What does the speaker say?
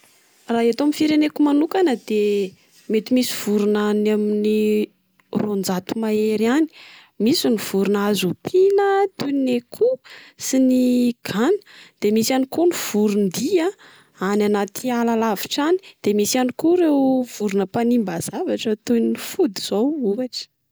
Raha eto amin'ny fireneko manokana de mety misy vorona any amin'ny roanjato mahery any. Misy ny vorona azo ompiana toy ny akoho sy ny gana. De misy ihany koa ny voron-dia any anaty ala lavitra any. De misy ihany koa ireo vorona mpanimba zavatra toy ny fody zao ohatra.